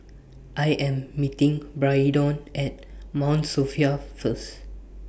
I Am meeting Braedon At Mount Sophia First